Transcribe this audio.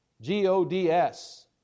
G-O-D-S